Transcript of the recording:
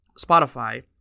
Spotify